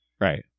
right